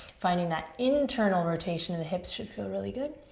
finding that internal rotation in the hips should feel really good.